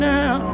now